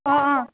অঁ অঁ